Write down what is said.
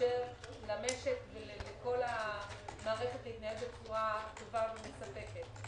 מאפשר למשק ולכל המערכת להתנהל בצורה טובה ומספקת.